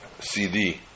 CD